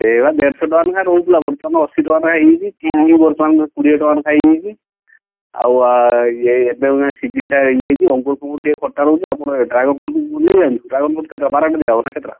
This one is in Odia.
ଏଇ ବା ଦେଢ଼ଶହ ଟଙ୍କା ଲେଖାଁ ରହୁଥିଲା ବର୍ତ୍ତମାନ ଅଶୀ ଟଙ୍କା ଲେଖାଁ ହେଇଯାଇଛି ବି ବର୍ତ୍ତମାନ କୋଡ଼ିଏ ଟଙ୍କା ଲେଖାଁ ହେଇଯାଇଛି ଆଉ ଏବେ ଇଏ ସିଜିନ୍ଟା ଇଏ ହେଇଛି ଅଙ୍ଗୁରଫଙ୍ଗୁର ଟିକିଏ ଖଟା ରହୁଛି ଆପଣ ଏ ଡ୍ରାଗନ୍ ଫ୍ରୁଟ୍ ନେଇଯାଆନ୍ତୁ ଡ୍ରାଗନ୍ ଫ୍ରୁଟ୍ କେତେଟା ବାରେଟା ଦିଆହେବ ନା କେତେଟା